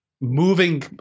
moving